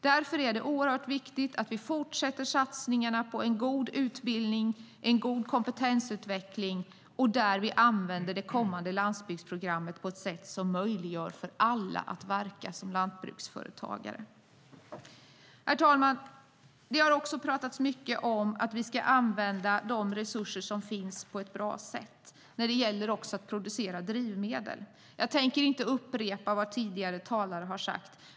Det är därför oerhört viktigt att vi fortsätter satsningarna på en god utbildning, en god kompetensutveckling och att vi använder det kommande landsbygdsprogrammet på ett sätt som möjliggör för alla att verka som lantbruksföretagare. Herr talman! Det har också talats mycket om att vi ska använda de resurser som finns på ett bra sätt. Men det gäller också att producera drivmedel. Jag tänker inte upprepa vad tidigare talare har sagt.